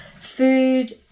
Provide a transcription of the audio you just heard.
Food